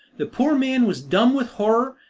the poor man was dumb with horror,